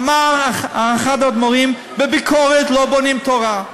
אמר אחד האדמו"רים, בביקורת לא בונים תורה,